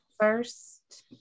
first